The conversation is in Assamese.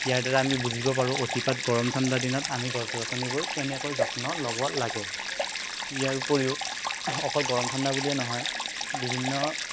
ইয়াৰ দ্বাৰা আমি বুজিব পাৰো অতিপাত গৰম ঠাণ্ডা দিনত আমি গছ গছনিবোৰ কেনেকৈ যত্ন ল'ব লাগে ইয়াৰ উপৰিও অকল গৰম ঠাণ্ডা বুলিয়ে নহয় বিভিন্ন